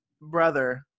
brother